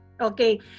Okay